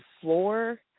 floor